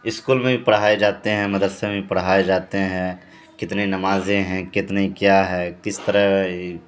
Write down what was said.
school میں بھی پڑھائے جاتے ہیں مدرسے میں پڑھائے جاتے ہیں کتنی نمازیں ہیں کتنی کیا ہے کس طرح